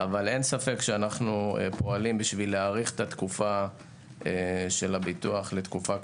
אבל אין ספק שאנו פועלים כדי להאריך את התקופה של הביטוח לתקופה קצרה.